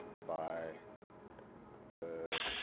by the